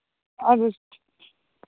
اَدٕ حظ ٹھیٖک